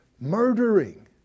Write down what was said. murdering